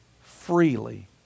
freely